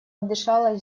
отдышалась